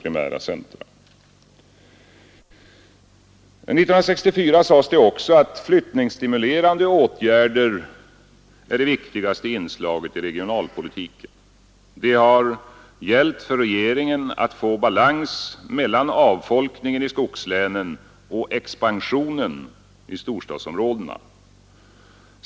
1964 sades det också att flyttningsstimulerande åtgärder är det viktigaste inslaget i regionalpolitiken. Det har gällt för regeringen att få balans mellan avfolkning i skogslänen och expansion i storstadsområdena.